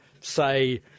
say